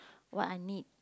what I need